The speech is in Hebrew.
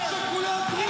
--- זה הכבוד שלך?